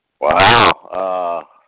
Wow